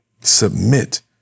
submit